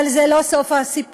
אבל זה לא סוף הסיפור,